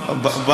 אז מה נשאר?